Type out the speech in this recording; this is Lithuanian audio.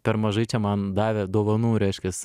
per mažai čia man davė dovanų reiškias